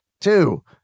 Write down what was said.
Two